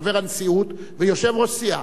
חבר הנשיאות ויושב-ראש סיעה,